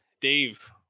Dave